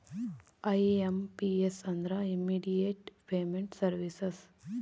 IMPS ಅಂದ್ರ immediate payment services